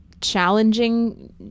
challenging